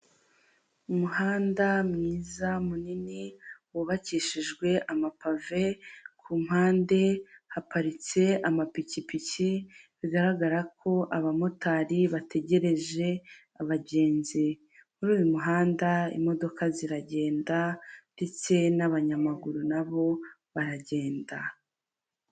Umuhanda mwiza munini wubakishijwe amapave ku mpande haparitse amapikipiki bigaragara ko abamotari bategereje abagenzi, muri uyu muhanda imodoka ziragenda ndetse n'abanyamaguru nabo baragenda.